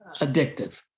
addictive